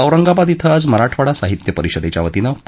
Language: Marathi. औरंगाबाद आज मराठवाडा साहित्य परिषदेच्या वतीनं पू